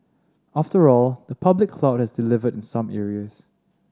after all the public cloud has delivered in some areas